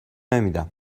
نمیدم